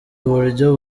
buryo